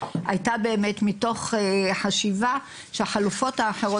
הייתה באמת מתוך חשיבה שהחלופות האחרות